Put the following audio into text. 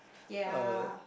ya